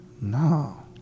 No